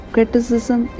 Criticism